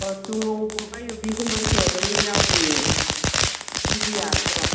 ꯍꯣꯏ ꯌꯨꯕꯤꯒꯨꯝꯕꯁꯨ ꯑꯗꯨꯝ ꯌꯥꯎꯔꯤꯌꯦ ꯑꯗꯨꯗꯤ ꯌꯥꯔꯗ꯭ꯔꯣ